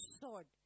sword